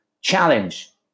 challenge